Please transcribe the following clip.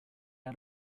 out